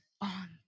on